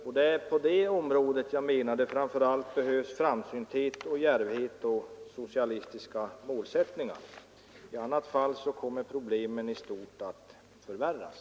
Men det är på det området som jag menar att det framför allt behövs framsynthet, djärvhet och socialistiska målsättningar. I annat fall kommer problemen i stort att förvärras.